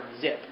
zip